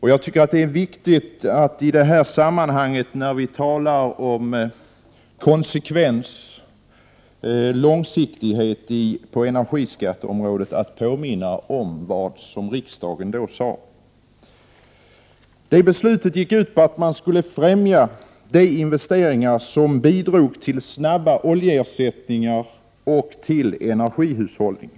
Jag tycker att det är viktigt att nu, när vi talar om konsekvens och långsiktighet på energiskatteområdet, påminna om vad riksdagen då sade. Det beslutet gick ut på att man skulle främja de investeringar som bidrog till snabba oljeersättningar och till energihushållning.